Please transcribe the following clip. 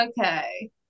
Okay